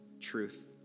truth